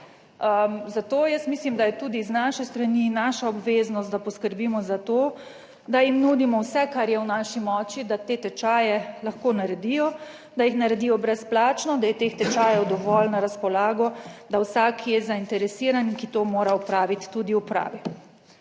Zato jaz mislim, da je tudi z naše strani naša obveznost, da poskrbimo za to, da jim nudimo vse, kar je v naši moči, da te tečaje lahko naredijo, da jih naredijo brezplačno, da je teh tečajev dovolj na razpolago, da vsak, ki je zainteresiran, ki to mora opraviti, tudi opravi.